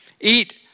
eat